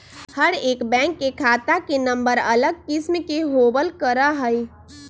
हर एक बैंक के खाता के नम्बर अलग किस्म के होबल करा हई